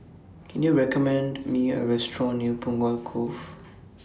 Can YOU recommend Me A Restaurant near Punggol Cove